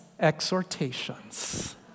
exhortations